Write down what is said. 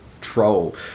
troll